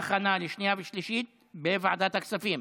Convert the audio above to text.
הכנה לקריאה שנייה ושלישית בוועדת הכספים.